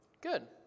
Good